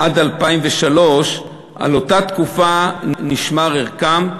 עד 2003, על אותה תקופה, נשמר ערכן,